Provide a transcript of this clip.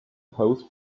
pose